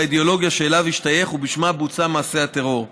האידיאולוגיה שאליו השתייך ובשמה בוצע מעשה הטרור.